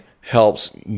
helps